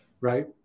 Right